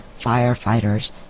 firefighters